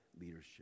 leadership